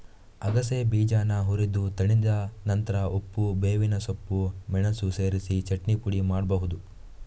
ಅಗಸೆ ಬೀಜಾನ ಹುರಿದು ತಣಿದ ನಂತ್ರ ಉಪ್ಪು, ಬೇವಿನ ಸೊಪ್ಪು, ಮೆಣಸು ಸೇರಿಸಿ ಚಟ್ನಿ ಪುಡಿ ಮಾಡ್ಬಹುದು